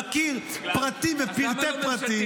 מכיר פרטים ופרטי-פרטים.